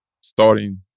starting